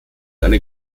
eine